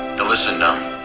listen now.